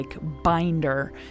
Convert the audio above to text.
binder